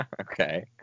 Okay